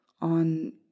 On